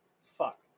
Fuck